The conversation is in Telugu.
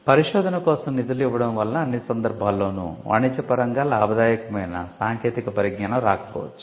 పరిశోధన కోసం నిధులు ఇవ్వడం వలన అన్ని సందర్భాల్లోనూ వాణిజ్యపరంగా లాభదాయకమైన సాంకేతిక పరిజ్ఞానం రాకపోవచ్చు